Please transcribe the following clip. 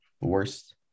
worst